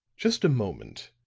just a moment,